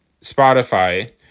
Spotify